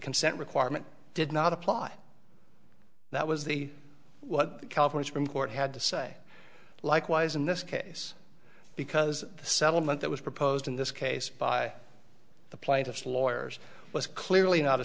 consent requirement did not apply that was the what california from court had to say likewise in this case because the settlement that was proposed in this case by the plaintiff's lawyers was clearly not a